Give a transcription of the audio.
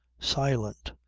silent,